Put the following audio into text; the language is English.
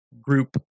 group